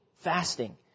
Fasting